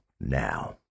now